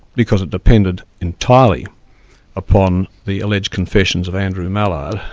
because it depended entirely upon the alleged confessions of andrew mallard,